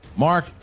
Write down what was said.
Mark